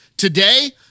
Today